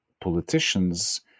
politicians